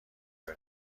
بره